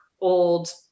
old